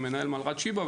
מנהל מלר"ד שיבא,